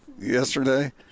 yesterday